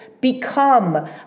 become